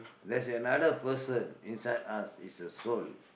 there's another person inside us is a soul